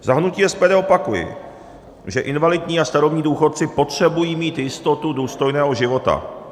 Za hnutí SPD opakuji, že invalidní a starobní důchodci potřebují mít jistotu důstojného života.